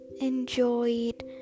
enjoyed